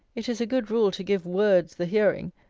it is a good rule to give words the hearing,